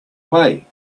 way